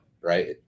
right